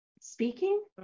speaking